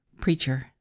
preacher